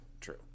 true